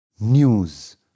News